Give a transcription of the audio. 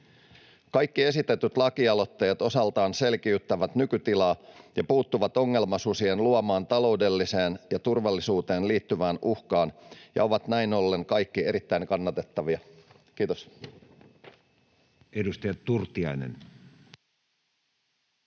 Kaikki esitetyt lakialoitteet osaltaan selkiyttävät nykytilaa ja puuttuvat ongelmasusien luomaan taloudelliseen ja turvallisuuteen liittyvään uhkaan ja ovat näin ollen kaikki erittäin kannatettavia. — Kiitos.